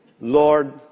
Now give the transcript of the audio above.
Lord